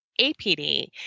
APD